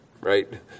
right